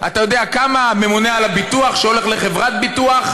אתה יודע כמה יש על הממונה על הביטוח שהולך לחברת ביטוח?